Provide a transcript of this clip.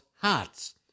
hearts